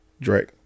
Drake